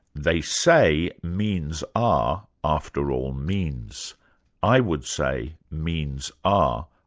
they say, means are, after all, means i would say means are,